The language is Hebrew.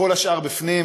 כל השאר בפנים.